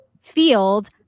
field